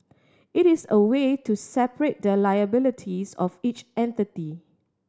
it is a way to separate the liabilities of each entity